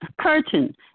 Curtain